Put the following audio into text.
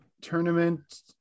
tournament